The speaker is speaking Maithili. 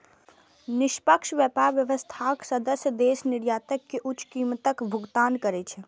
निष्पक्ष व्यापार व्यवस्थाक सदस्य देश निर्यातक कें उच्च कीमतक भुगतान करै छै